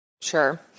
Sure